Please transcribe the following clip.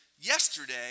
Yesterday